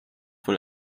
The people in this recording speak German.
wohl